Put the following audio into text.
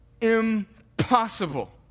impossible